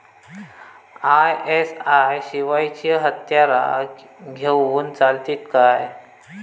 ISI शिवायची हत्यारा घेऊन चलतीत काय?